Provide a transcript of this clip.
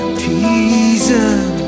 teasing